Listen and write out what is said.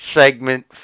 segment